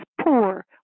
poor